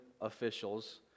officials